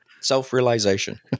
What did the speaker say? self-realization